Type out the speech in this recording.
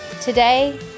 today